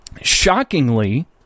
shockingly